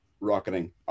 rocketing